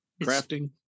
crafting